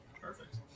Perfect